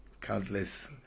countless